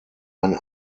ein